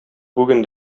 бүген